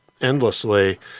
endlessly